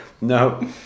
no